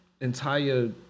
entire